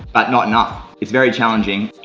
but not enough. it's very challenging.